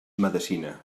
medecina